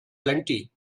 plenty